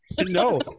No